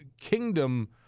kingdom